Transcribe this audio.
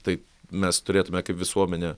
tai mes turėtume kaip visuomenė